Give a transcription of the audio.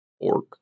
org